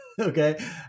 okay